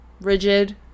rigid